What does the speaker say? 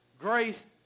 Grace